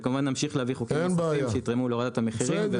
וכמובן נמשיך להביא חוקים נוספים שיתרמו להורדת המחירים,